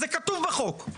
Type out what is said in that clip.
ככה זה כתוב בחוק.